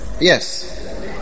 Yes